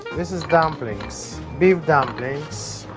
this is dumplings, beef dumplings.